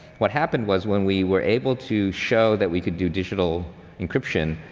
what happened was when we were able to show that we could do digital encryption,